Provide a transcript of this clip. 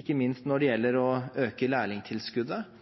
ikke minst når det gjelder å øke lærlingtilskuddet.